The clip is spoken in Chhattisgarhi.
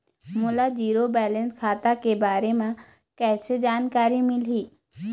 मोला जीरो बैलेंस खाता के बारे म कैसे जानकारी मिलही?